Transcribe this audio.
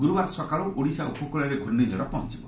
ଗୁରୁବାର ସକାଳୁ ଓଡ଼ିଶା ଉପକୂଳରେ ଘୁର୍ଷିଝଡ଼ ପହଞ୍ଚବ